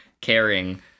Caring